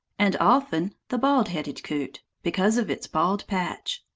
and often the bald-headed coot, because of its bald patch.